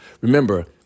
Remember